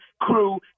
crew